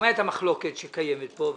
שומע את המחלוקת שקיימת פה,